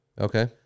Okay